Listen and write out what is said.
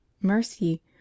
mercy